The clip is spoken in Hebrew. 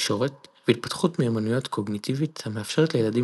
תקשורת והתפתחות מיומנויות קוגניטיבית המאפשרות לילדים